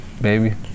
baby